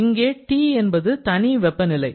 இங்கே T என்பது தனி வெப்பநிலை